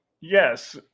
Yes